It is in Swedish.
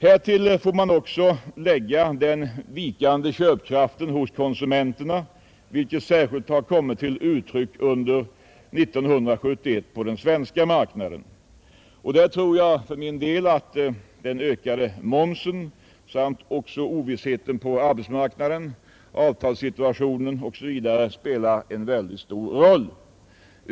Härtill kommer en vikande köpkraft hos konsumenterna, vilket särskilt har kommit till uttryck under 1971 på den svenska marknaden. Här spelar säkert den ökade momsen samt ovissheten på arbetsmarknaden en stor roll.